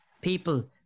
people